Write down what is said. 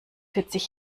vierzig